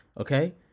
okay